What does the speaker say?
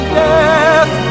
death